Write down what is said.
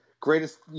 greatest